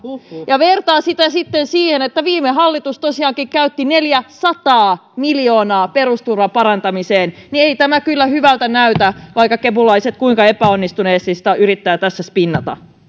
ja kun vertaa sitä sitten siihen että viime hallitus tosiaankin käytti neljäsataa miljoonaa perusturvan parantamiseen niin ei tämä kyllä hyvältä näytä vaikka kepulaiset kuinka epäonnistuneesti sitä yrittävät tässä spinnata